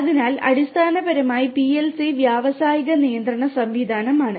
അതിനാൽ അടിസ്ഥാനപരമായി PLC വ്യാവസായിക നിയന്ത്രണ സംവിധാനമാണ്